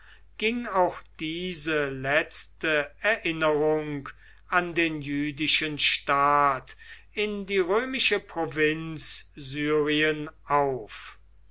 ging auch diese letzte erinnerung an den jüdischen staat in die römische provinz syrien auf